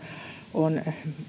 on